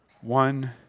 One